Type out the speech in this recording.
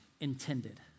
intended